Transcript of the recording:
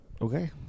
Okay